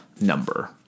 number